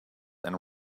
and